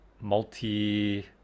multi